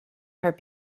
her